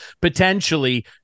potentially